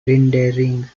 rendering